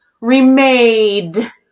Remade